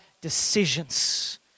decisions